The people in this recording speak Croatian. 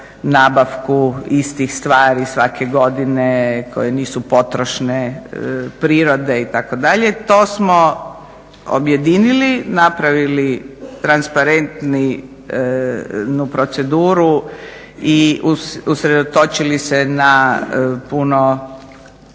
nabavku istih stvari svake godine koje nisu potrošne prirode itd. To smo objedinili, napravili transparentnu proceduru i usredotočili se na puno